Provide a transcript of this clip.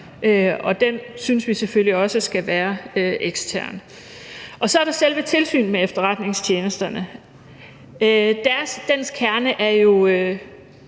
og den synes vi selvfølgelig også skal være ekstern. Så er der selve Tilsynet med Efterretningstjenesterne. Kernen her er jo